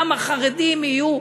כמה חרדים יהיו.